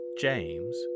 James